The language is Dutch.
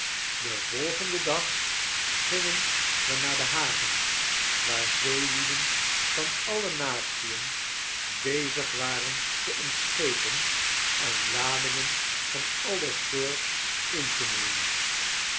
den volgenden dag gingen we naar de haven waar zeelieden van alle natien bezig waren te ont schepen en ladingen van ale soort in te nemen